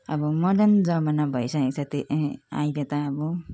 अब मर्डन जमाना भइसकेको छ ते ए अहिले त अब